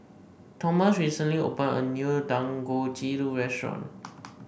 Thomas recently opened a new Dangojiru Restaurant